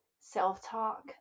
self-talk